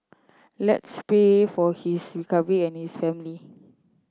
let's pray for his recovery and his family